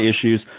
issues